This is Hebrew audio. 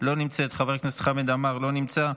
לא נמצאת,